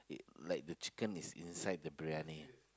it like the chicken is inside the briyani